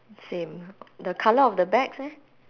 same the colour of the bags eh